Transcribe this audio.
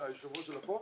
היושב-ראש שלה פה?